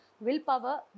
Willpower